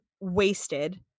wasted